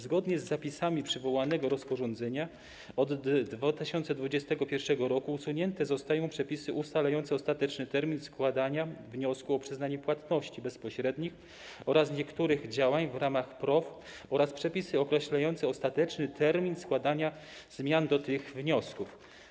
Zgodnie z zapisami przywołanego rozporządzenia od 2021 r. usunięte zostają przepisy ustalające ostateczny termin składania wniosku o przyznanie płatności bezpośrednich oraz niektórych działań w ramach PROW oraz przepisy określające ostateczny termin składania zmian do tych wniosków.